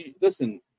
listen